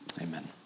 Amen